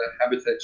habitat